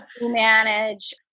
manage